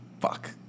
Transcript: fuck